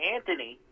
Anthony